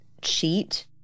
cheat